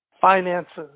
finances